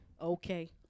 Okay